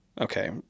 Okay